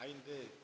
ஐந்து